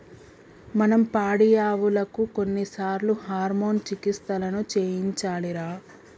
మనం పాడియావులకు కొన్నిసార్లు హార్మోన్ చికిత్సలను చేయించాలిరా